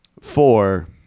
Four